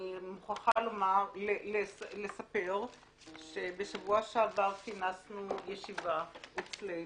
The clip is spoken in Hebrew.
אני מוכרחה לספר שבשבוע שעבר כינסנו ישיבה אצלנו.